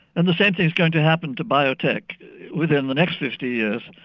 and the same thing is going to happen to biotech within the next fifty years.